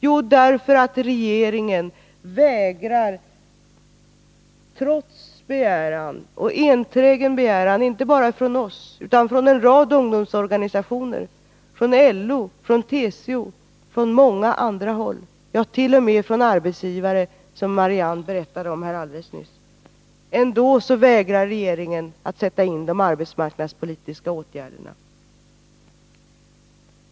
Jo, därför att regeringen, trots enträgen begäran inte bara från oss utan från en rad ungdomsorganisationer, från LO och TCO och många andra håll, t.o.m. från arbetsgivare, som Marianne Stålberg berättade här alldeles nyss, vägrar att sätta in de arbetsmarknadspolitiska åtgärderna.